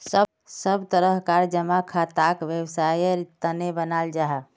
सब तरह कार जमा खाताक वैवसायेर तने बनाल जाहा